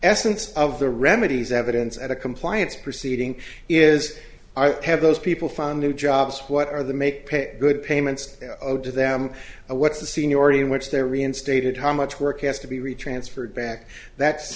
essence of the remedies evidence at a compliance proceeding is i've had those people found new jobs what are the make good payments to them what's the seniority in which they're reinstated how much work has to be read transferred back that's